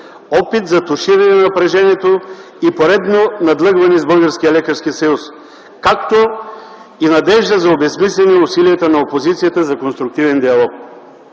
опит за туширане на напрежението и поредно надлъгване с Българския лекарски съюз, както и надежда за обезсмисляне усилията на опозицията за конструктивен диалог.